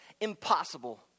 impossible